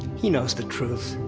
he knows the truth,